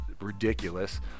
ridiculous